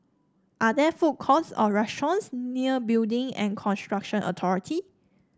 are there food courts or restaurants near Building and Construction Authority